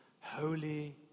holy